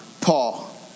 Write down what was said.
Paul